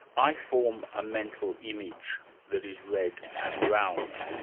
i form a mental image that is red and round.